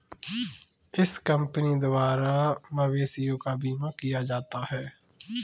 इस कंपनी द्वारा मवेशियों का बीमा किया जाता है